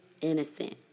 innocent